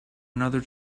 another